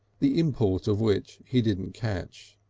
the import of which he didn't catch.